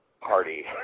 party